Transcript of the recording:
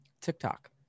TikTok